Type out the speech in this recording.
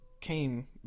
came